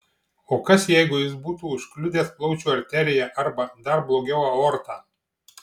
o kas jeigu jis būtų užkliudęs plaučių arteriją arba dar blogiau aortą